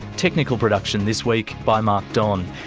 technical production this week by mark don,